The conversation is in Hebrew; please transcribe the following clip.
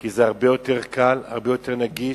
כי זה הרבה יותר קל, הרבה יותר נגיש,